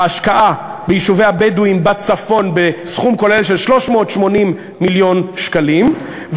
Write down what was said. ההשקעה ביישובי הבדואים בצפון בסכום כולל של 380 מיליון שקלים,